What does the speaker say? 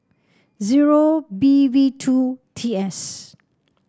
zero B V two T S